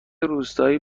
روستایی